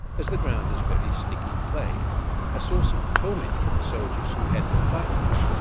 as the ground is very sticky clay a source of torment to the soldiers who had to fight in it,